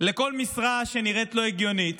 לכל משרה שנראית לו הגיונית,